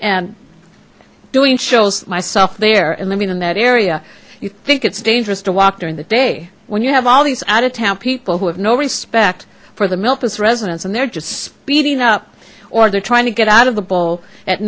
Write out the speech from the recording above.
and doing shows myself there and i mean in that area you think it's dangerous to walk during the day when you have all these out of town people who have no respect for the memphis residents and they're just speeding up or they're trying to get out of the bowl at